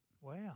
Wow